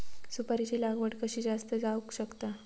सुपारीची लागवड कशी जास्त जावक शकता?